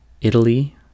Italy